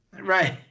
Right